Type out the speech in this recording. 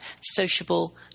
sociable